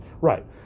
Right